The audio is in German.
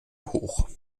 hoch